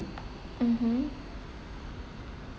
mmhmm